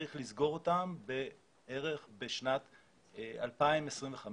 שצריך לסגור אותם בערך בשנת 2025,